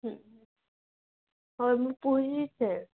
ହୁଁ ହଁ ମୁଁ ପୁରୀ ଯାଇଛେ